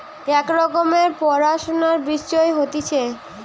এক রকমের পড়াশুনার বিষয় হতিছে